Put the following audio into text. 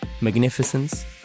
Magnificence